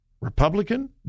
Republican